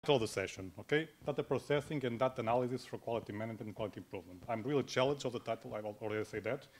זה השיעון, אוקיי? דעת הפרוצציה ודעת הנאולוגיה למנהלות היכולת ולהקבל הכול. אני באמת מנגנון על הדעת, אני אגיד את זה.